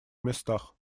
местах